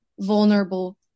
vulnerable